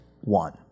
one